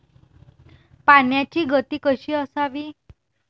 पाण्याची गती कशी असावी?